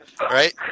right